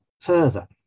further